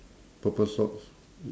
purple socks